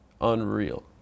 Unreal